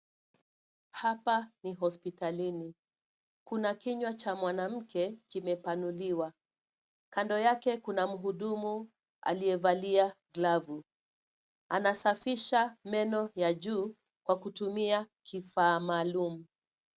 Hapa ni hospitalini. Kuna kinywa cha mwanamke kimepanuliwa. Kando yake kuna mhudumu aliyevalia glavu. Anasafisha meno ya juu kwa kutumia kifaa maalum.